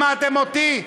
שמעתם אותי?